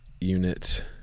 Unit